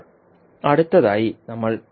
ഇപ്പോൾ അടുത്തതായി നമ്മൾ